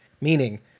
meaning